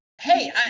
Hey